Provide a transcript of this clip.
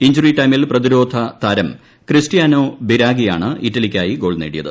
injury ടൈമിൽ പ്രതിരോധ താരം ക്രിസ്റ്റിയാനോ ബിരാഗിയാണ് ഇറ്റലിക്കായി ഗോൾ നേടിയത്